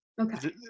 Okay